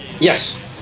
Yes